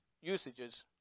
usages